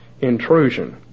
intrusion